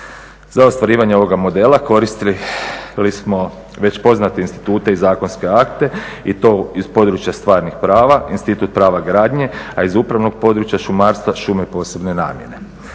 Za ostvarivanje ovoga modela koristili smo već pozitivne institute i zakonske akte i to iz područja stvarnih prava, institut prava gradnje, a iz upravnog područja šumarstva šume posebne namjene.